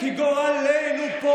כי גורלנו פה,